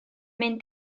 mynd